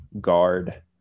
guard